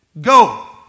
Go